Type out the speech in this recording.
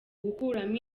gukuramo